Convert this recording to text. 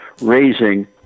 raising